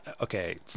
okay